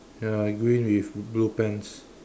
ya green with blue pants